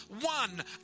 One